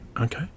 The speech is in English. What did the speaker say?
Okay